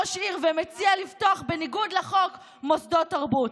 ראש עיר ומציע לפתוח בניגוד לחוק מוסדות תרבות?